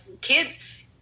kids